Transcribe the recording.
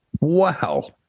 Wow